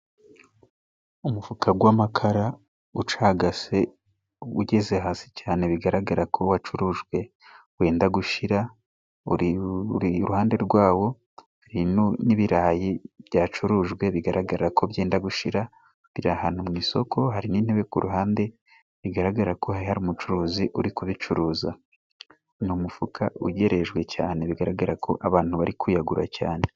Umufuka gw'amakara ucagase， ugeze hasi cyane bigaragara ko wacurujwe wenda gushira， uri iruhande rwawo n'ibirayi byacurujwe bigaragara ko byenda gushira， bira ahantu mu isoko hari n'intebe ku ruhande bigaragara ko hari umucuruzi uri kubicuruza，ni mufuka ugerejwe cyane bigaragara ko abantu bari kuyagura cyane.